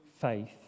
faith